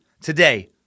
today